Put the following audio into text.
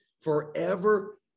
Forever